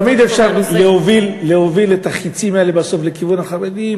תמיד אפשר להוביל את החצים האלה בסוף לכיוון החרדים,